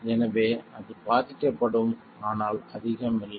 எனவே அது பாதிக்கப்படும் ஆனால் அதிகம் இல்லை